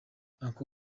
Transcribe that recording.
uncle